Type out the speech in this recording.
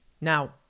Now